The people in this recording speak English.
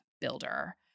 builder